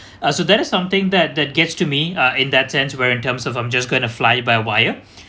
uh so that is something that that gets to me uh in that sense where in terms of I'm just going to fly by wire